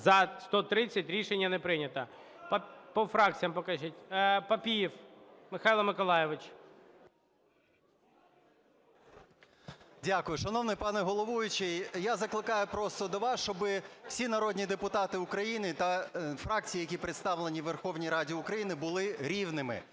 За-130 Рішення не прийнято. По фракціях покажіть. Папієв Михайло Миколайович. 18:24:05 ПАПІЄВ М.М. Дякую. Шановний пане головуючий, я закликаю просто до вас, щоб всі народні депутати України та фракції, які представлені в Верховній Раді України, були рівними.